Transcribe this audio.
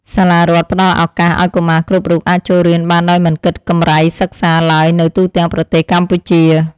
សាលារដ្ឋផ្តល់ឱកាសឱ្យកុមារគ្រប់រូបអាចចូលរៀនបានដោយមិនគិតកម្រៃសិក្សាឡើយនៅទូទាំងប្រទេសកម្ពុជា។